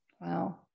Wow